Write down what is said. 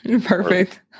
perfect